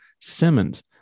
Simmons